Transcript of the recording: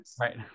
Right